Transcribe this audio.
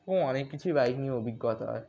এবং অনেক কিছুই বাইক নিয়ে অভিজ্ঞতা হয়